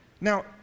Now